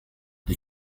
les